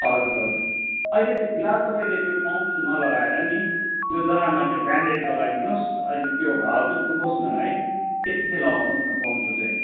हजुर हजुर अहिले चाहिँ फिलहाल तपाईँले त्यो पम्प सु नलगाएर नि त्यो जग्गामा चाहिँ ब्यान्डेड लगाइदिनु होस् अहिले त्यो घाउ चाहिँ सुकोस् न है त्यसपछि लगाउनुहोस् न पम्प सु चाहिँ